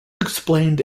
explained